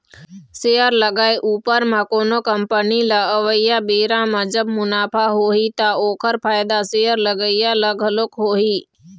share लगाए उपर म कोनो कंपनी ल अवइया बेरा म जब मुनाफा होही ता ओखर फायदा शेयर लगइया ल घलोक होही